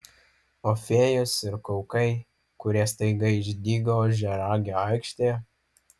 o fėjos ir kaukai kurie staiga išdygo ožiaragio aikštėje